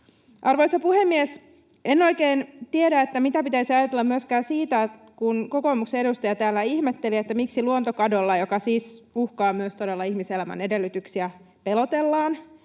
Arvoisa puhemies! En oikein tiedä, mitä pitäisi ajatella myöskään siitä, kun kokoomuksen edustaja täällä ihmetteli, miksi luontokadolla, joka siis uhkaa myös todella ihmiselämän edellytyksiä, pelotellaan,